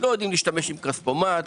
להשתמש בכספומט.